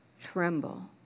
tremble